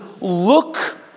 look